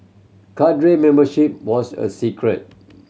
cadre membership was a secret